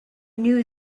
knew